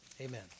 Amen